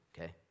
okay